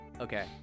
Okay